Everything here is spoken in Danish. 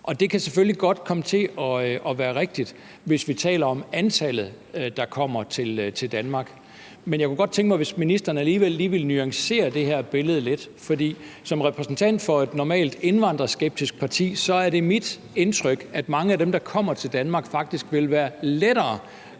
Det kan selvfølgelig godt komme til at være rigtigt, hvis vi taler om antallet, der kommer til Danmark. Men jeg kunne godt tænke mig at høre, om ministeren alligevel lige ville nuancere det her billede lidt, for som repræsentant for et parti, der normalt er indvandreskeptisk, så er det mit indtryk, at mange af dem, der kommer til Danmark, faktisk vil være lettere